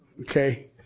Okay